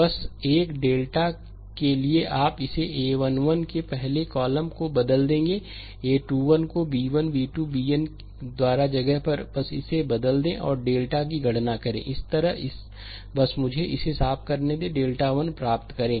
बस 1 डेल्टा के लिए आप इसे a1 1 के पहले कॉलम को बदल देंगे a21 को b 1 b 2 bn द्वारा जगह पर बस इसे बदल दें और डेल्टा की गणना करें 1 इसी तरह बस मुझे इसे साफ करने दें डेल्टा 1 प्राप्त करें